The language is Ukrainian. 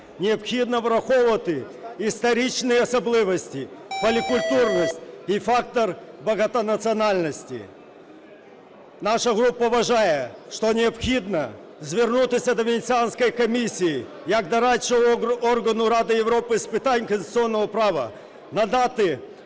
необхідно враховувати історичні особливості, полікультурність і фактор багатонаціональності. Наша група вважає, що необхідно звернутися до Венеціанської комісії як дорадчого органу Ради Європи з питань конституційного права надати